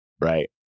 Right